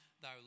Thou